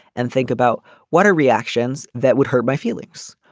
and think about what are reactions that would hurt my feeling. so